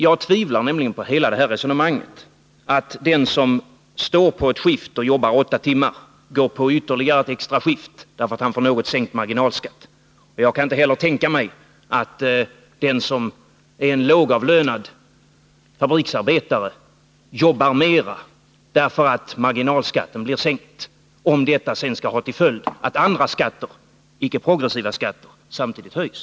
Jag tvivlar nämligen på hela detta resonemang om att den som står på ett skift och jobbar 8 timmar därefter går över på ett ytterligare skift därför att han får något sänkt marginalskatt. Jag kan inte heller tänka mig att en lågavlönad fabriksarbetare jobbar mera därför att marginalskatten sänks, om det sedan skall ha till följd att andra, icke progressiva skatter samtidigt höjs.